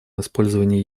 использование